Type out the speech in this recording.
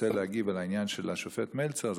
אם תרצה להגיב על העניין של השופט מלצר,